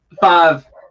five